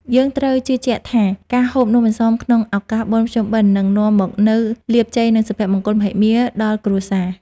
យើងត្រូវជឿជាក់ថាការហូបនំអន្សមក្នុងឱកាសបុណ្យភ្ជុំបិណ្ឌនឹងនាំមកនូវលាភជ័យ និង សុភមង្គលមហិមាដល់គ្រួសារ។